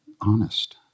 honest